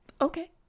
okay